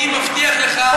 אני מבטיח לך,